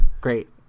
great